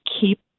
keep